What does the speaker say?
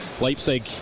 Leipzig